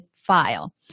file